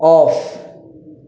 off